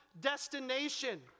destination